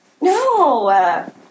no